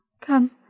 Come